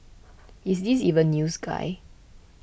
is this even news guy